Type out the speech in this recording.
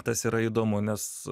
tas yra įdomu nes